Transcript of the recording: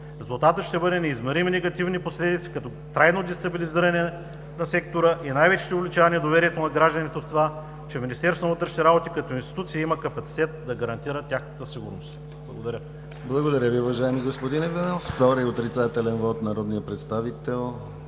Резултатът ще бъде: неизмерими негативни последици като трайно дестабилизиране на сектора и най-вече ще увеличава недоверието на гражданите от това, че Министерството на вътрешните работи като институция има капацитет да гарантира тяхната сигурност. Благодаря. ПРЕДСЕДАТЕЛ ДИМИТЪР ГЛАВЧЕВ: Благодаря Ви, уважаеми господин Иванов. Втори отрицателен вот – народният представител